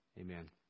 Amen